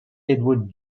edward